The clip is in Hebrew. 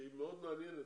שהיא מאוד מעניינת,